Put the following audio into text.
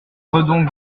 prenons